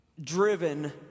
driven